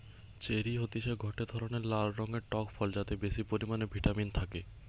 cherry হতিছে গটে ধরণের লাল রঙের টক ফল যাতে বেশি পরিমানে ভিটামিন থাকে